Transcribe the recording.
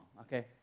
okay